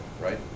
right